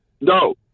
No